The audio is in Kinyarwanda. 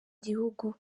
gihugu